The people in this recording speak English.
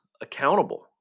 accountable